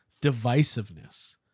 divisiveness